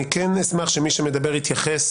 אני כן אשמח שמי שמדבר, יתייחס